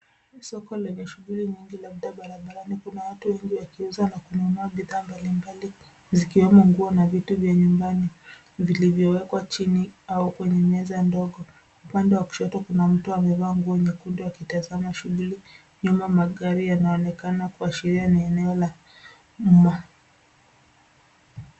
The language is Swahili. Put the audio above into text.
Soko lenye shughuli nyingi na pia barabarani kuna watu wengi wakiuza na kununua bidhaa mbalimbali zikiwemo nguo na vitu vya nyumbani vilivyowekwa chini au kwenye meza ndogo. Upande wa kushoto kuna mtu amevaa nguo nyekundu akitazama shughuli. Nyuma magari yanaonekana kuashiria ni eneo la umma.